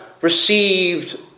received